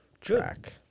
track